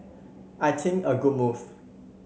I think a good move